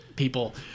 people